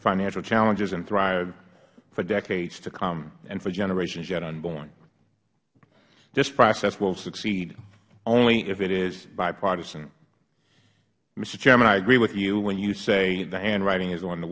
financial challenges and thrive for decades to come and for generations yet unborn this process will succeed only if it is bipartisan mister chairman i agree with you when you say the handwriting is on the